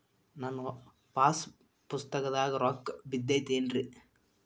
ನನ್ನ ಪಾಸ್ ಪುಸ್ತಕದಾಗ ರೊಕ್ಕ ಬಿದ್ದೈತೇನ್ರಿ?